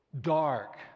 dark